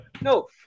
No